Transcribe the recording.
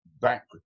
back